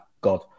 God